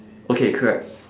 okay correct